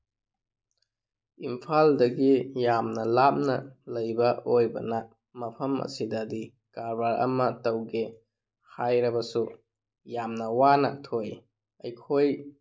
ꯏꯝꯐꯥꯜꯗꯒꯤ ꯌꯥꯝꯅ ꯂꯥꯞꯅ ꯂꯩꯕ ꯑꯣꯏꯕꯅ ꯃꯐꯝ ꯑꯁꯤꯗꯗꯤ ꯀꯔꯕꯥꯔ ꯑꯃ ꯇꯧꯒꯦ ꯍꯥꯏꯔꯕꯁꯨ ꯌꯥꯝꯅ ꯋꯥꯅ ꯊꯣꯛꯏ ꯑꯩꯈꯣꯏ